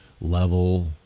level